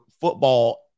football